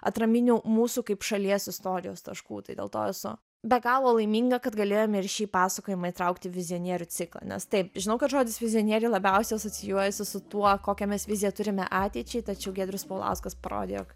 atraminių mūsų kaip šalies istorijos taškų tai dėl to esu be galo laiminga kad galėjome ir šį pasakojimą įtraukti vizionierių ciklą nes taip žinau kad žodis vizionieriai labiausiai asocijuojasi su tuo kokią mes viziją turime ateičiai tačiau giedrius paulauskas parodė jog